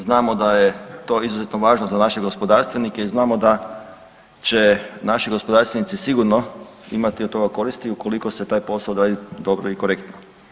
Znamo da je to izuzetno važno za naše gospodarstvenike i znamo da će naši gospodarstvenici sigurno imati od toga koristi ukoliko se taj posao odradi dobro i korektno.